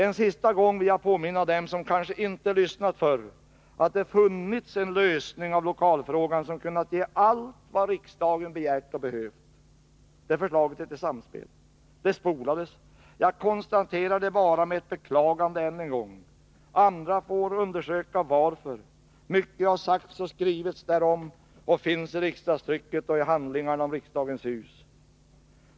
En sista gång vill jag påminna dem som kanske inte lyssnat förr att det har funnits en lösning av lokalfrågan som hade kunnat ge allt vad riksdagen begärt och behövt. Det förslaget heter Samspel, men det ”spolades”. Jag vill bara än en gång beklaga det. Andra får undersöka varför förslaget förkastades. Mycket har sagts och skrivits därom. Det kan man läsa om i riksdagstrycket och i handlingarna om Riksdagens hus.